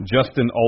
Justin